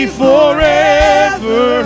forever